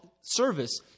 service